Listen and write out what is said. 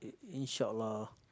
in shop lah